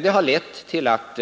Det har lett till att